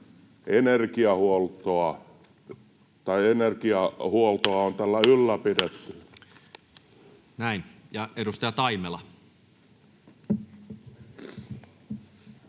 energiahuoltoa on tällä ylläpidetty. Näin. — Ja edustaja Taimela.